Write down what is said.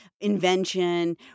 invention